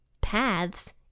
Paths